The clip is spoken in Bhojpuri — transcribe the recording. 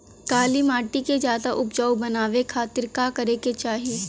काली माटी के ज्यादा उपजाऊ बनावे खातिर का करे के चाही?